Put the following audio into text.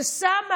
ששמה,